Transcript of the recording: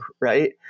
Right